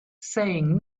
saying